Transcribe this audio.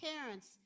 parents